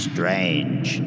Strange